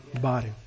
body